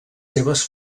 seves